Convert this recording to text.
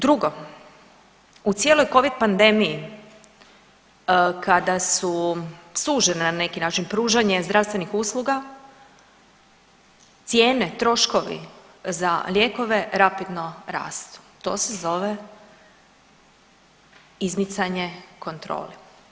Drugo, u cijeloj covid pandemiji kada su sužena na neki način pružanje zdravstvenih usluga cijene, troškovi za lijekove rapidno rastu, to se zove izmicanje kontroli.